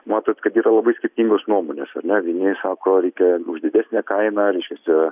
matot kad yra labai skirtingos nuomonės ar ne vieni sako reikia už didesnę kainą reiškiasi